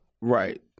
Right